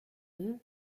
eux